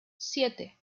siete